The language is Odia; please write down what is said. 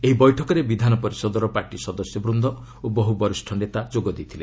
ଏହି ବୈଠକରେ ବିଧାନ ପରିଷଦର ପାର୍ଟି ସଦସ୍ୟ ବୃନ୍ଦ ଓ ବହୁ ବରିଷ୍ଠ ନେତା ଯୋଗ ଦେଇଥିଲେ